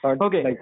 okay